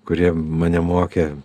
kurie mane mokė